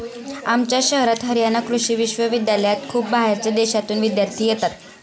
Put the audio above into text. आमच्या शहरात हरयाणा कृषि विश्वविद्यालयात खूप बाहेरच्या देशांतून विद्यार्थी येतात